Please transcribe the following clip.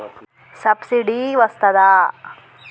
Subsidy వస్తదా?